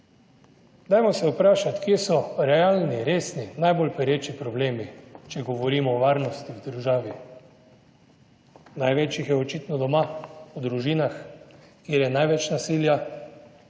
Dajmo se vprašati, kje so realni, resni, najbolj pereči problemi, če govorimo o varnosti v državi? Največ jih je očitno doma, v družinah, kjer je največ nasilja,